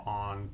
on